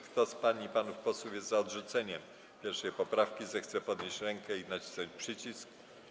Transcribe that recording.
Kto z pań i panów posłów jest za odrzuceniem 1. poprawki, zechce podnieść rękę i nacisnąć przycisk.